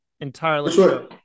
Entirely